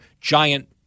giant